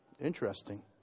Interesting